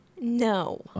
No